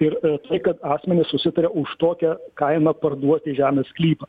ir tai kad asmenys susitaria už tokią kainą parduoti žemės sklypą